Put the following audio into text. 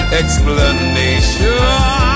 explanation